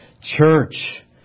church